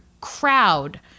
crowd